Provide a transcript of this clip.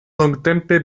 longtempe